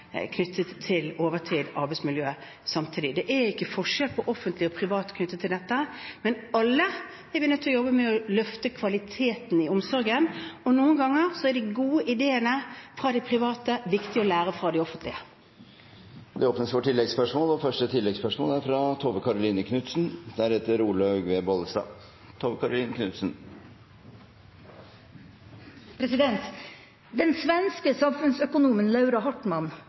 knyttet til overtid og arbeidsmiljøet. Det er ikke forskjell på offentlig og privat knyttet til dette. Vi er alle nødt til å jobbe med å løfte kvaliteten i omsorgen, og noen ganger er de gode ideene fra det private viktig å lære av for det offentlige. Det åpnes for oppfølgingsspørsmål – først Tove Karoline Knutsen. Den svenske samfunnsøkonomen Laura Hartman måtte gå fra jobben som forskningsleder i det svenske